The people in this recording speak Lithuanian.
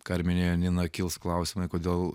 ką ir minėjo nina kils klausimai kodėl